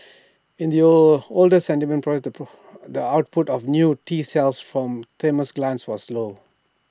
in the old older sedentary the output of new T cells from thymus glands was low